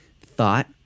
thought